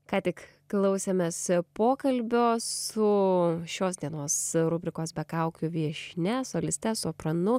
ką tik klausėmės pokalbio su šios dienos rubrikos be kaukių viešnia soliste sopranu